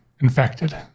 infected